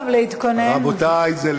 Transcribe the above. יציג את הצעת החוק יושב-ראש הוועדה אבישי ברוורמן.